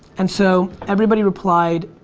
and so everybody replied.